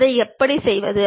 அதை எப்படி செய்வது